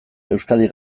euskadi